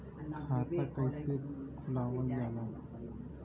खाता कइसे खुलावल जाला?